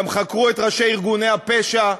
חקרו גם את ראשי ארגוני הפשע.